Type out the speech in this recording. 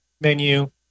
menu